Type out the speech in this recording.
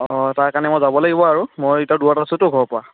অঁ তাৰ কাৰণে মই যাব লাগিব আৰু মই এতিয়া দূৰত আছোতো ঘৰপৰা